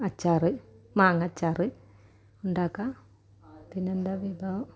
അച്ചാർ മാങ്ങയച്ചാർ ഉണ്ടാക്കുക പിന്നെയെന്താ വിഭവം